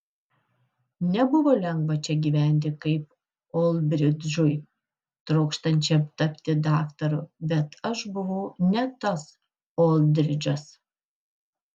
nebuvo lengva čia gyventi kaip oldridžui trokštančiam tapti daktaru bet aš buvau ne tas oldridžas